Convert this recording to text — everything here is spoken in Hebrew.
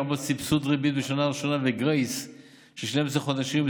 לרבות סבסוד ריבית בשנה הראשונה וגרייס של 12 חודשים,